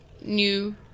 new